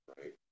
right